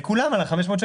לכולם, על ה-500 שקל האלה.